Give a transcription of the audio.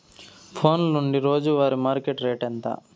ఫోన్ల నుండి రోజు వారి మార్కెట్ రేటు ఎంత?